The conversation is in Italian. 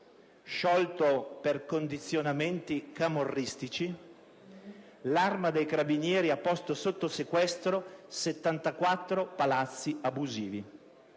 sciolto per condizionamenti camorristici, l'Arma dei carabinieri ha posto sotto sequestro 74 palazzi abusivi,